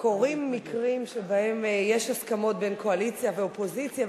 קורים מקרים שבהם יש הסכמות בין קואליציה ואופוזיציה,